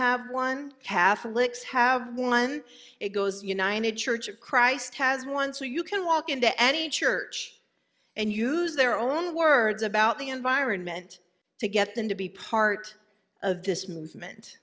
have one catholics have one it goes united church of christ has one so you can walk into any church and use their own words about the environment to get them to be part of this movement